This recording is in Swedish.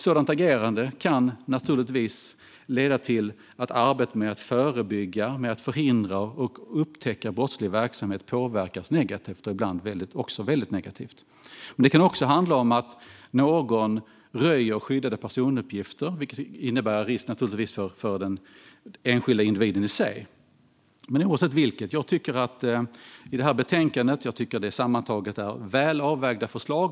Sådant agerande kan naturligtvis leda till att arbetet med att förebygga, förhindra och upptäcka brottslig verksamhet påverkas negativt och ibland väldigt negativt. Men det kan också handla om att någon röjer skyddade personuppgifter, vilket naturligtvis innebär risk för den enskilda individen i sig. Jag tycker sammantaget att det är väl avvägda förslag i detta betänkande.